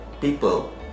people